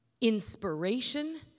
inspiration